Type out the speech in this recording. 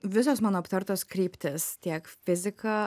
visos mano aptartos kryptys tiek fizika